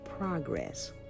progress